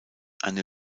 eine